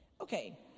Okay